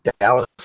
Dallas